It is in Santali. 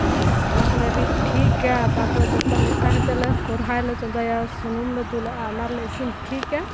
ᱚᱱᱟ ᱠᱚᱞᱮ ᱨᱤᱫ ᱴᱷᱤᱠᱟ ᱛᱟᱯᱚᱨᱮ ᱡᱚᱛᱚ ᱢᱮᱥᱟ ᱠᱟᱛᱮᱫ ᱞᱮ ᱠᱚᱨᱦᱟᱭ ᱨᱮᱞᱮ ᱪᱚᱸᱫᱟᱭᱟ ᱥᱩᱱᱩᱢ ᱞᱮ ᱫᱩᱞᱟᱜᱼᱟ ᱚᱱᱟ ᱨᱮᱞᱮ ᱤᱥᱤᱱ ᱴᱷᱤᱠᱟ